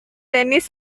tenis